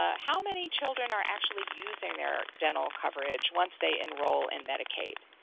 ah how many children are actually using their dental coverage once they enroll in medicaid.